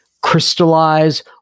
crystallize